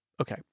Okay